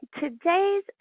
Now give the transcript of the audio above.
today's